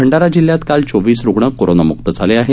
भंडारा जिल्ह्यात काल चोवीस रुग्ण कोरोनामुक्त झाले आहेत